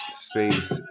space